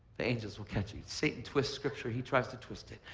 the angels will catch you. satan twists scripture. he tries to twist it.